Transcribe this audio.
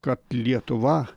kad lietuva